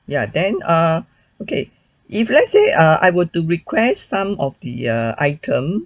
ya then err okay if let's say err I were to request some of the err item